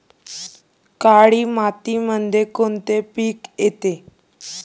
काळी मातीमध्ये कोणते पिके येते?